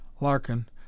Larkin